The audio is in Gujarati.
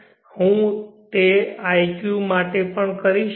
હવે હું તે iq માટે પણ કરીશ